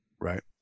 Right